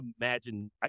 imagine